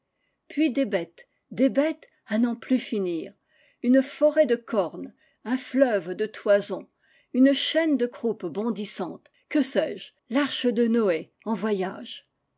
puis des bêtes des bêtes à n'en plus finir une forêt de cornes un fleuve de toisons une chaîne de croupes bondissantes que sais-je l'arche de noé en voyage